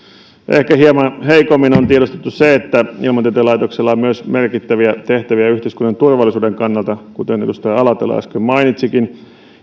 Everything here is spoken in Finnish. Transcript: ehkä hieman heikommin on tiedostettu se että ilmatieteen laitoksella on myös merkittäviä tehtäviä yhteiskunnan turvallisuuden kannalta kuten edustaja alatalo äsken mainitsikin